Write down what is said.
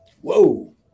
Whoa